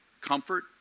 comfort